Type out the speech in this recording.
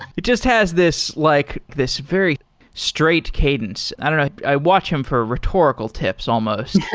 it just has this like this very straight cadence. i don't know. i watch him for rhetorical tips almost.